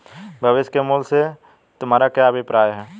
भविष्य के मूल्य से तुम्हारा क्या अभिप्राय है?